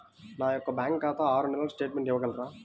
నా యొక్క బ్యాంకు ఖాతా ఆరు నెలల స్టేట్మెంట్ ఇవ్వగలరా?